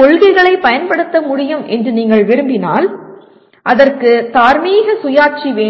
கொள்கைகளைப் பயன்படுத்த முடியும் என்று நீங்கள் விரும்பினால் அதற்கு தார்மீக சுயாட்சி வேண்டும்